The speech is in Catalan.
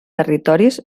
territoris